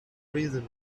reason